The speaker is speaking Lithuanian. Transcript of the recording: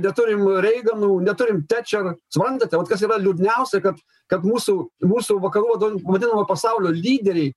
neturim reiganų neturim tečer suprantate vat kas yra liūdniausia kad kad mūsų mūsų vakarų vadon vadinamo pasaulio lyderiai